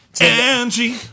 Angie